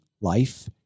life